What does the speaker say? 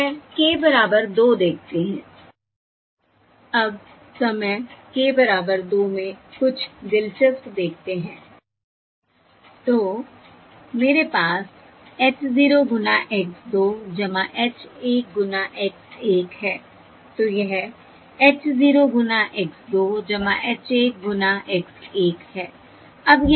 और समय k बराबर 2 देखते हैं अब K समय बराबर 2 में कुछ दिलचस्प देखते हैं तो मेरे पास h 0 गुना x 2 h 1 गुना x 1 है तो यह h 0 गुना x 2 h 1 गुना x 1 है